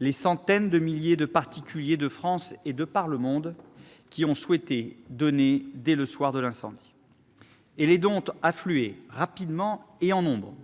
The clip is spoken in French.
les centaines de milliers de particuliers qui, en France et de par le monde, ont souhaité donner dès le soir de l'incendie. Ainsi les dons ont-ils afflué, rapidement et en nombre.